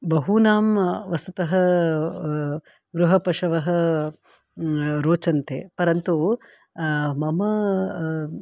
बहूनां वस्तुतः गृहपशवः रोचन्ते परन्तु मम